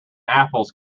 apples